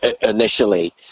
initially